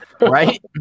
Right